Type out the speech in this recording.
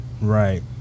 right